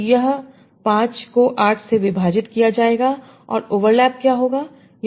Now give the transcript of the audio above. तो यह 5 को 8 से विभाजित किया जाएगा और ओवरलैप क्या होगा